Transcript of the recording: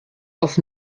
auf